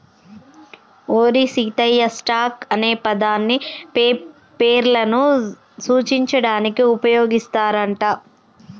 ఓరి సీతయ్య, స్టాక్ అనే పదాన్ని పేర్లను సూచించడానికి ఉపయోగిస్తారు అంట